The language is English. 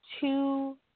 two